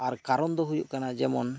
ᱟᱨ ᱠᱟᱨᱚᱱ ᱫᱚ ᱦᱩᱭᱩᱜ ᱠᱟᱱ ᱡᱮᱢᱚᱱ